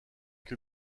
que